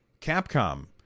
Capcom